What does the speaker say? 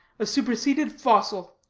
a superseded fossil.